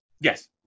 Yes